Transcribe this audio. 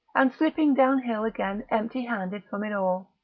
and slipping downhill again empty-handed from it all.